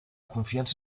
confiança